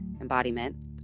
embodiment